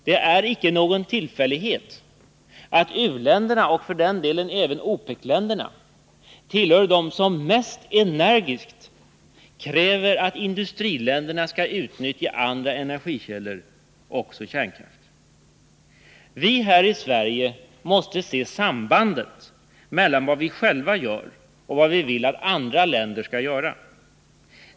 Det är inte någon tillfällighet att u-länderna och för den delen även OPEC-länderna tillhör dem som mest energiskt kräver att i-länderna skall utnyttja andra energikällor, också kärnkraften. Vi här i Sverige måste se sambandet mellan vad vi själva gör och vad vi vill att andra länder skall göra.